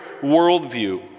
worldview